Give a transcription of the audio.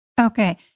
Okay